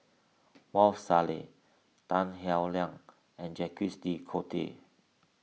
Maarof Salleh Tan Howe Liang and Jacques De Coutre